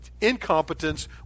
incompetence